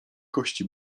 kości